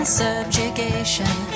subjugation